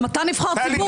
גם אתה נבחר ציבור,